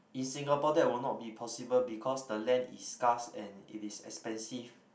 in Singapore that will not be possible because the land is scarce and it is expensive